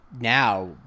now